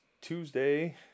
Tuesday